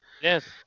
Yes